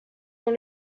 dans